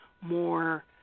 more